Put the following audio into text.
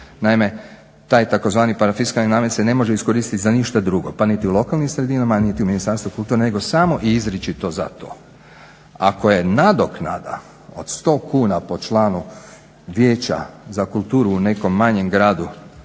Naime, taj tzv. parafiskalni namet se ne može iskoristiti za ništa drugo pa niti u lokalnim sredinama pa niti u Ministarstvu kulture nego samo i izričito zato. Ako je nadoknada od 100 kuna po članu Vijeća za kulturu u nekom manjem gradu